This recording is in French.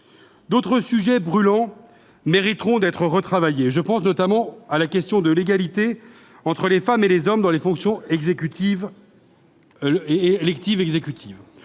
D'autres sujets brûlants mériteront d'être retravaillés : je pense notamment à la question de l'égalité entre les femmes et les hommes dans les fonctions électives exécutives.